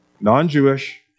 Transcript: non-Jewish